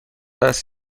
است